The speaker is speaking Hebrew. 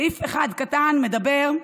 הצעת החוק אומרת: